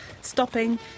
stopping